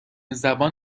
زبان